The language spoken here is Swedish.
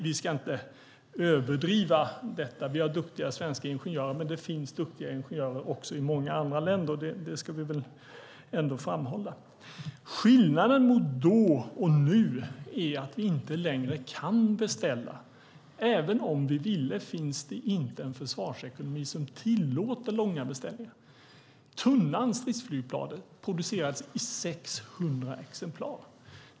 Vi ska inte överdriva detta. Vi har duktiga svenska ingenjörer, men det finns duktiga ingenjörer också i många andra länder. Det ska vi väl ändå framhålla. Skillnaden mellan då och nu är att vi inte längre kan beställa. Även om vi ville finns det inte en försvarsekonomi som tillåter långa beställningar. Stridsflygplanet Tunnan producerades i 600 exemplar.